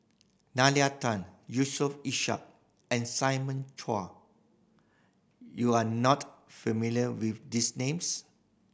Nalla Tan Yusof Ishak and Simon Chua you are not familiar with these names